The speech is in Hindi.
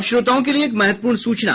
अब श्रोताओं के लिए एक महत्वपूर्ण सूचना